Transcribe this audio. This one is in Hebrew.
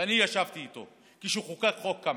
ואני ישבתי איתו כשחוקק חוק קמיניץ,